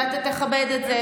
ואתה תכבד את זה,